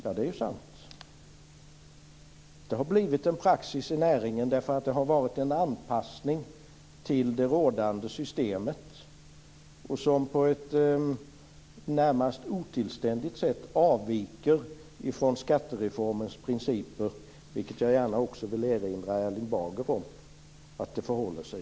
Det har blivit en praxis i näringen, därför att det har skett en anpassning till det rådande systemet som på ett närmast otillständigt sätt avviker från skattereformens principer, vilket jag gärna också vill erinra Erling